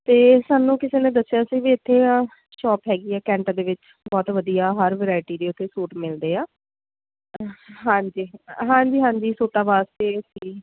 ਅਤੇ ਸਾਨੂੰ ਕਿਸੇ ਨੇ ਦੱਸਿਆ ਸੀ ਵੀ ਇੱਥੇ ਅ ਸ਼ੋਪ ਹੈਗੀ ਹੈ ਕੈਂਟ ਦੇ ਵਿੱਚ ਬਹੁਤ ਵਧੀਆ ਹਰ ਵਿਰਾਇਟੀ ਦੇ ਇੱਥੇ ਸੂਟ ਮਿਲਦੇ ਆ ਹਾਂਜੀ ਹਾਂਜੀ ਹਾਂਜੀ ਸੂਟਾਂ ਵਾਸਤੇ ਅਸੀਂ